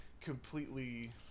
completely –